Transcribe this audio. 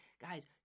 guys